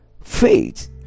faith